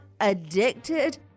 addicted